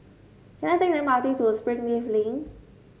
can I take M R T to Springleaf Link